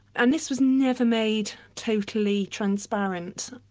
and this was never made totally transparent.